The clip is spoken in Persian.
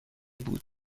بود